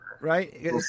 Right